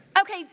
Okay